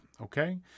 okay